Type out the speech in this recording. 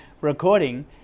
recording